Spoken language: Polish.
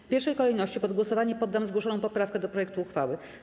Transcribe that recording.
W pierwszej kolejności pod głosowanie poddam zgłoszoną poprawkę do projektu uchwały.